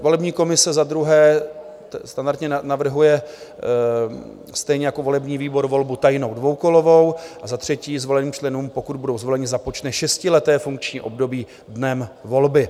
Volební komise za druhé standardně navrhuje, stejně jako volební výbor, volbu tajnou dvoukolovou, a za třetí zvoleným členům, pokud budou zvoleni, započne šestileté funkční období dnem volby.